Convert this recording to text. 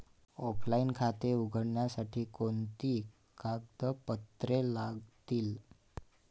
Offline खाते उघडण्यासाठी कोणती कागदपत्रे लागतील?